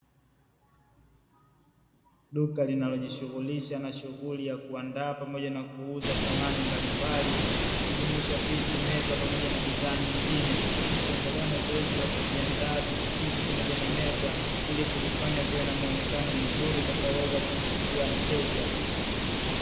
Duka linalo jishughulisha na shughuli ya kuandaa pamoja na kuuza samani mbalimbali, ikijumuisha viti, meza pamoja na bidhaa nyingine, ikiendelea na zoezi la kuviandaa viti hivyo pamoja na meza ili kuvifanya viwe na muonekano mzuri utakao weza kumvutia mteja.